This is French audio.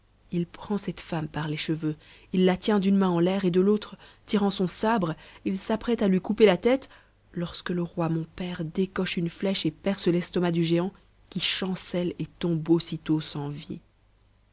il prend cette femme par les cheveux il la tient d'une main en l'air et de l'autre tirant son sabre il s'apprête à lui couper la tête lorsque le roi mon père décoche une sèche et perce l'estomac du géant qui chancelle et tombe aussitôt sans vie